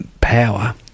power